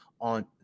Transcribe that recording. on